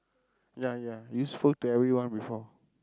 ya ya useful to everyone before